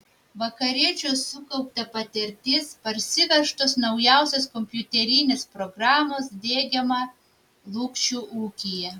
vakariečių sukaupta patirtis parsivežtos naujausios kompiuterinės programos diegiama lukšių ūkyje